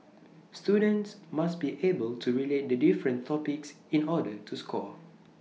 students must be able to relate the different topics in order to score